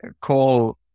call